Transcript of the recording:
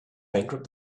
bankrupt